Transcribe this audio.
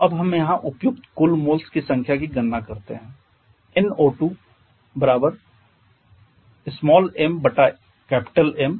चलो अब हम यहाँ उपयुक्त कुल मोल्स की संख्या की गणना करते है